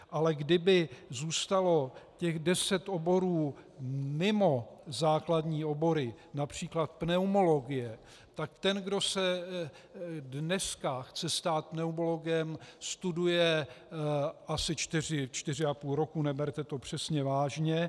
Ale kdyby zůstalo těch deset oborů mimo základní obory, například pneumologie, tak ten, kdo se dneska chce stát pneumologem, studuje asi čtyři, čtyři a půl roku, neberte to přesně vážně.